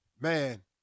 Man